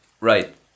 right